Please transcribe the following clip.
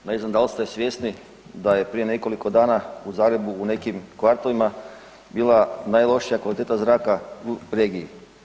Ne znam da li ste svjesni da je prije nekoliko dana u Zagrebu u nekim kvartovima bila najlošija kvaliteta zraka u regiji.